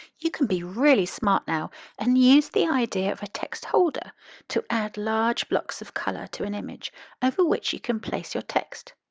you can be really smart now and use the idea of a text holder to add large blocks of colour to an image over which you can place your text.